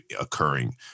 occurring